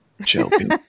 joking